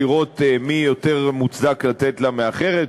לראות מי יותר מוצדק לתת לה מאחרת,